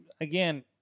again